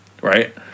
right